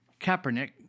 Kaepernick